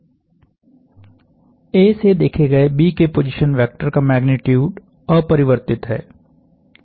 A से देखे गए B के पोजीशन वेक्टर का मैग्नीट्यूड अपरिवर्तित है